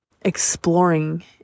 exploring